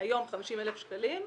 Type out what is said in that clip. היום 50,000 שקלים.